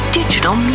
digital